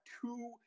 two